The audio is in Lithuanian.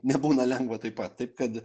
nebūna lengva taip pat taip kad